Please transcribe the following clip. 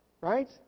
right